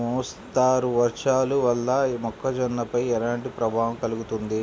మోస్తరు వర్షాలు వల్ల మొక్కజొన్నపై ఎలాంటి ప్రభావం కలుగుతుంది?